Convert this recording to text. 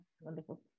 wonderful